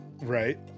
right